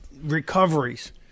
recoveries